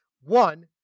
One